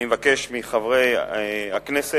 אני מבקש מחברי הכנסת